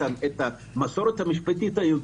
את המסורת המשפטית היהודית,